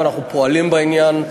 ואנחנו פועלים בעניין.